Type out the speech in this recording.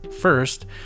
First